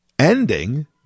Ending